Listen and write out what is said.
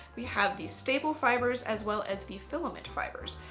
we have these staple fibres as well as the filament fibres.